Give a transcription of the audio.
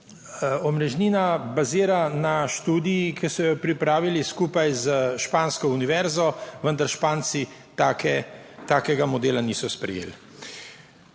Omrežnina bazira na študiji, ki so jo pripravili skupaj s špansko univerzo, vendar Španci take takega modela niso sprejeli.